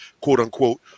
quote-unquote